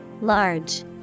Large